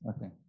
Okay